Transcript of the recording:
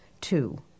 Two